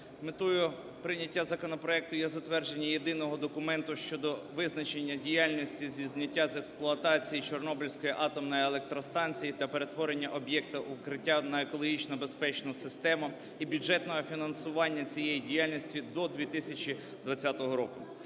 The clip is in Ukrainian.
метою прийняття законопроекту є затвердження єдиного документа щодо визначення діяльності зі зняття з експлуатації Чорнобильської атомної електростанції та перетворення об'єкта "Укриття" на екологічно безпечну систему і бюджетного фінансування цієї діяльності до 2020 року.